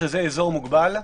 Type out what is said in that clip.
עוסק באזור מוגבל.